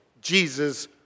Jesus